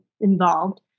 involved